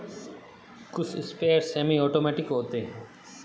कुछ sprayer semi automatic होते हैं